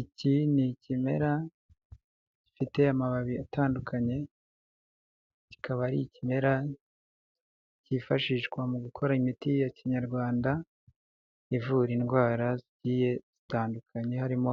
Iki ni ikimera gifite amababi atandukanye, kikaba ari ikimera kifashishwa mu gukora imiti ya kinyarwanda ivura indwara zigiye zitandukanye harimo